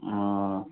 ओ